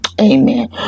Amen